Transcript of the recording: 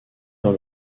dans